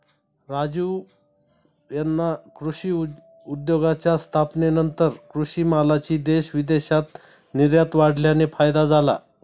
राजीव यांना कृषी उद्योगाच्या स्थापनेनंतर कृषी मालाची देश विदेशात निर्यात वाढल्याने फायदा झाला